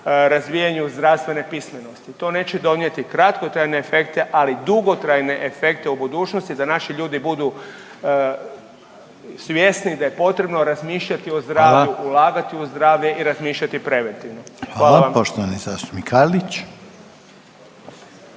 razvijanju zdravstvene pismenosti. To neće donijeti kratkotrajne efekte, ali dugotrajne efekte u budućnosti da naši ljudi budu svjesni da je potrebno razmišljati o zdravlju …/Upadica Željko Reiner: Hvala./… ulagati u zdravlje